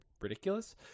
ridiculous